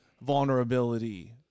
vulnerability